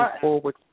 forward